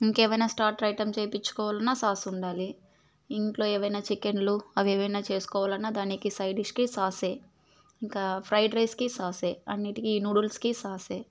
ఇంకేమైనా starter items చేపిచ్చుకోవాలన్న సాసులుండాలి ఇంట్లో ఏవైనా చికెన్లు అవేవన్నా చేసుకోవాలన్న దానికి సైడ్ డిష్కి సాసే ఇంకా ఫ్రైడ్ రైస్కి సాసే అన్నిటికి నూడిల్స్కి సాసే